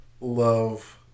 love